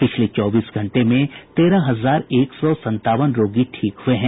पिछले चौबीस घंटे में तेरह हजार एक सौ संतावन रोगी ठीक हुए हैं